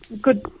good